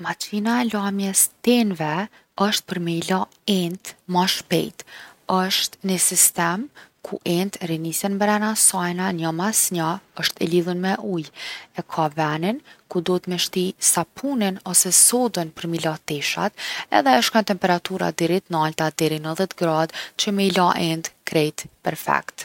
Maqina e lamjes t’enve osht për mi la ent ma shpejt. Osht ni sistem ku reniten ent mrena njo mas njo, osht e lidhun me uj. E ka venin ku duhet me shti venin sapunin ose sodën për mi la teshat edhe ajo shkon n’temperatura t’nalta deri 90 gradë që me i la ent krejt perfekt.